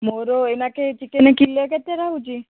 ମୋର ଏଇନାକେ chicken kilo କେତେ ରହୁଛି